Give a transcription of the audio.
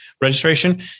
registration